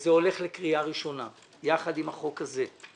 וזה הולך לקריאה ראשונה יחד עם החוק הזה.